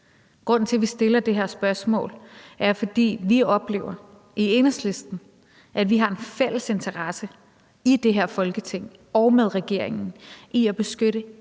Grunden til, at vi stiller det her spørgsmål, er, at vi i Enhedslisten oplever, at vi har en fælles interesse i det her Folketing og med regeringen i at beskytte